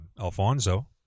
Alfonso